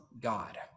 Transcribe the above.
God